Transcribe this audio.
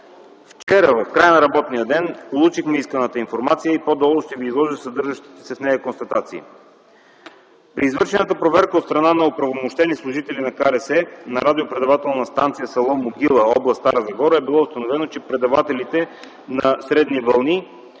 Вчера, в края на работния ден, получихме исканата информация и по-долу ще Ви изложа съдържащите се в нея констатации. При извършената проверка от страна на оправомощени служители на Комисията за регулиране на съобщенията на Радиопредавателна станция с. Могила, област Стара Загора, е било установено, че предавателите на средни вълни